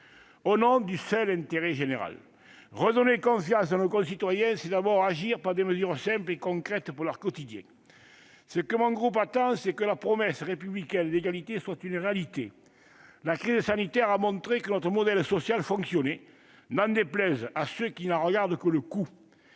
Au nom du seul intérêt général. Redonner confiance à nos concitoyens, c'est d'abord agir par des mesures simples et concrètes pour leur quotidien. Ce que mon groupe attend, c'est que la promesse républicaine d'égalité soit une réalité. La crise sanitaire a montré que notre modèle social fonctionnait, n'en déplaise à ceux qui n'en regardent que le coût.